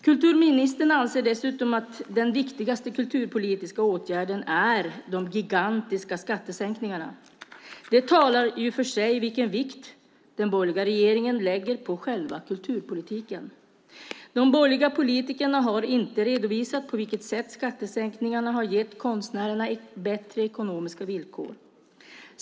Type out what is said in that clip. Kulturministern anser dessutom att den viktigaste kulturpolitiska åtgärden är de gigantiska skattesänkningarna. Det talar ju om vilken vikt den borgerliga regeringen lägger vid själva kulturpolitiken. De borgerliga politikerna har inte redovisat på vilket sätt skattesänkningarna har gett konstnärer bättre ekonomiska villkor.